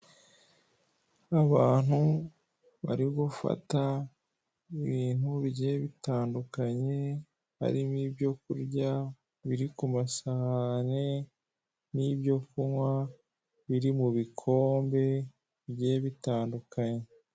Abantu bari gufata ibintu bigiye bitandukanye harimo ibyo kurya biri ku masahane, n'ibyo kunywa biri mu bikombe bigiye bitandukanye.